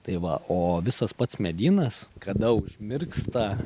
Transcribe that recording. tai va o visas pats medynas kada užmirksta